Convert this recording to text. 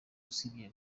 usibye